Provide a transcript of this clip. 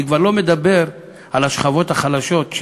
אני כבר לא מדבר על השכבות החלשות,